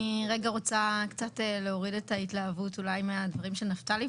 אני רגע רוצה קצת להוריד את ההתלהבות אולי מהדברים של נפתלי,